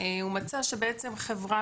הוא מצא שבעצם חברה,